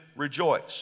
rejoice